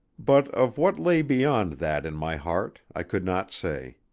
but of what lay beyond that in my heart i could not say.